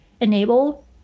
Enable